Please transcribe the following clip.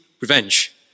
revenge